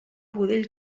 budell